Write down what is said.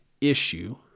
issue